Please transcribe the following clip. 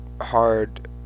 hard